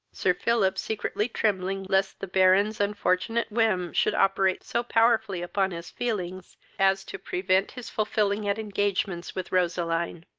sir philip secretly trembling left the baron's unfortunate whim should operate so powerfully upon his feelings as to prevent his fulfilling at engagements with roseline.